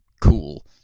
cool